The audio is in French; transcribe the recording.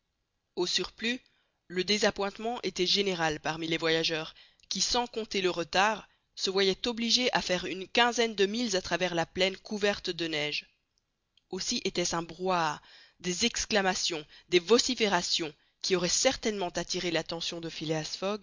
au surplus le désappointement était général parmi les voyageurs qui sans compter le retard se voyaient obligés à faire une quinzaine de milles à travers la plaine couverte de neige aussi était-ce un brouhaha des exclamations des vociférations qui auraient certainement attiré l'attention de